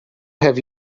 have